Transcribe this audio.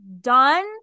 done